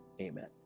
amen